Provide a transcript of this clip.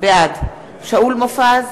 בעד שאול מופז,